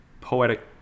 poetic